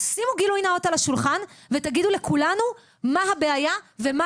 אז שימו גילוי נאות על השולחן ותגידו לכולנו מה הבעיה ומה